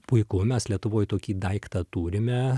puiku mes lietuvoj tokį daiktą turime